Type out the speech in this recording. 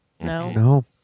No